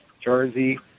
Jersey